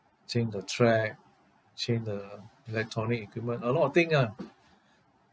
change the track change the electronic equipment a lot of thing ah